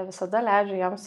visada leidžiu jiems